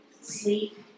sleep